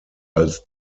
als